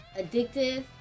addictive